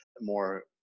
more